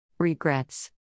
Regrets